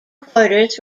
quarters